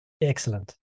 Excellent